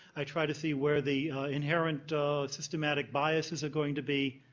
i try to see where the inherent systematic biases are going to be,